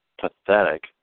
pathetic